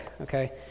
Okay